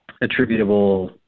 attributable